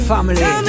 Family